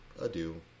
adieu